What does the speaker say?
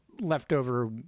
leftover